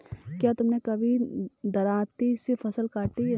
क्या तुमने कभी दरांती से फसल काटी है?